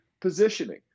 positioning